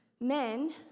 men